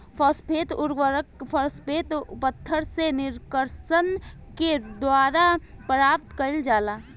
phosphate उर्वरक, phosphate पत्थर से निष्कर्षण के द्वारा प्राप्त कईल जाला